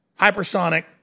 hypersonic